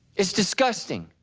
it's disgusting.